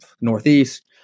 Northeast